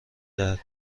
دهد